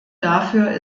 dafür